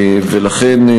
לכן,